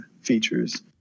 features